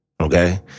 okay